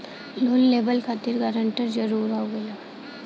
Loan लेवब खातिर guarantor जरूरी हाउ का?